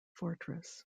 fortress